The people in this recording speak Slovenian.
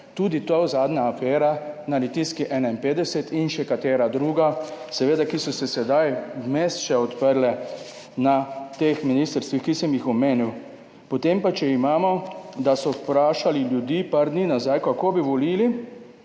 tudi ta zadnja afera na Litijski 51, in še katera druga, seveda ki so se sedaj vmes še odprle na teh ministrstvih, ki sem jih omenil. Potem pa, če imamo, da so vprašali ljudi par dni nazaj kako bi volili